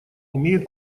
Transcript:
имеют